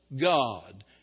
God